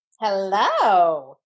Hello